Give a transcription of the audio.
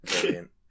Brilliant